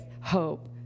hope